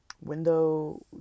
window